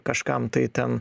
kažkam tai ten